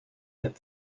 der